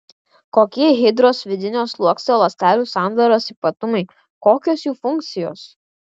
kokie hidros vidinio sluoksnio ląstelių sandaros ypatumai kokios jų funkcijos